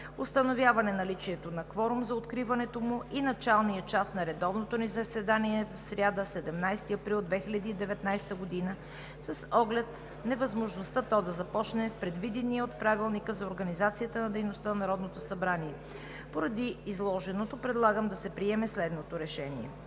установяване наличието на кворум за откриването му и началния час на редовното ни заседание в сряда, 17 април 2019 г., с оглед невъзможността то да започне в предвидения от Правилника за организацията и дейността на Народното събрание час. Поради изложеното предлагам да се приеме следният